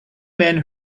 men